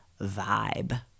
vibe